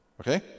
okay